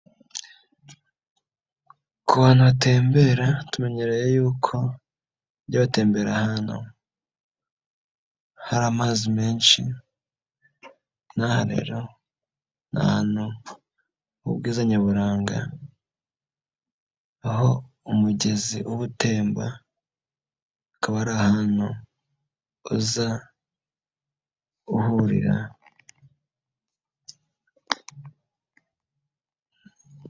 Ku bantu batembera tumenyereye yuko baya batembera ahantu hari amazi menshi n'aha rero ni ahantu ubwiza nyaburanga, aho umugezi uba utemba akaba ari ahantu uza uhurira.